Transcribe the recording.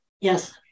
Yes